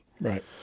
right